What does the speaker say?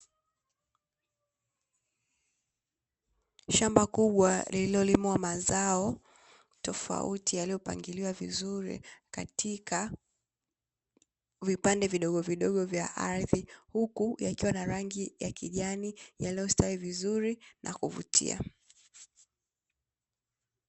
Shamba kubwa lililolimwa mazao tofauti yaliyopangiliwa vizuri katika vipande vidogo vidogo vya ardhi huku yakiwa na rangi ya kijani yaliyostawi vizuri na kuvutia.